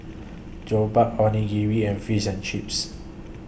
Jokbal Onigiri and Fish and Chips